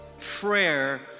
Prayer